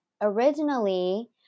originally